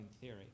theory